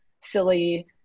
silly